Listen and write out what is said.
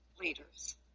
leaders